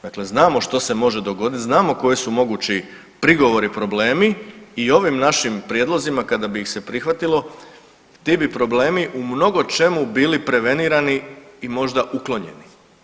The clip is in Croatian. Dakle znamo što se može dogoditi, znamo koji su mogući prigovori i problemi i ovim našim prijedlozima, kada bi ih se prihvatilo, ti bi problemi u mnogočemu bili prevenirani i možda uklonjeni.